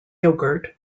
yogurt